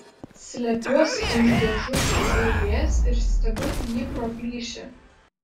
slepiuosi už dėžučių eilės ir stebiu jį pro plyšį